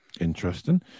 Interesting